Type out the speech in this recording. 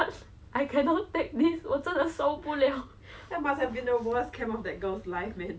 so 每个人都在赶时间对吗 so the the instructors also didn't realise lah that I ran off